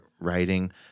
writing